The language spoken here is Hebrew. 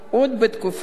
בתקופת הלימודים,